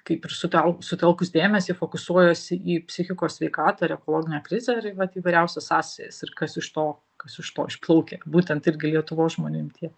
kaip ir sutel sutelkus dėmesį fokusuojuosi į psichikos sveikatą ir ekologinę krizę ir vat įvairiausias sąsajas ir kas iš to kas iš to išplaukia būtent irgi lietuvos žmonių imtyje